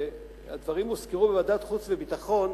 הדברים הוזכרו בוועדת החוץ והביטחון.